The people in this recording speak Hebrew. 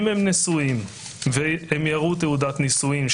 אם הם נשואים והם יראו תעודת נישואים,